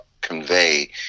convey